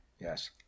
Yes